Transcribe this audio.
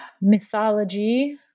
mythology